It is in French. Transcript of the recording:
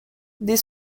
des